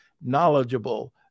knowledgeable